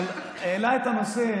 אבל הוא העלה את הנושא,